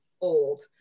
old